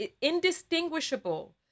indistinguishable